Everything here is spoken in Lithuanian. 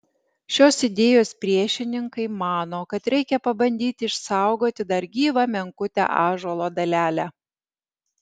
šios idėjos priešininkai mano kad reikia pabandyti išsaugoti dar gyvą menkutę ąžuolo dalelę